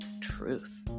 truth